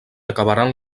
acabaran